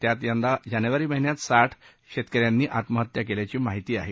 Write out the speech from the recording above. त्यात यंदा जानेवारी महिन्यात साठ शेतकऱ्यांनी आत्महत्या केल्याची माहिती आहे